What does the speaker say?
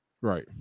Right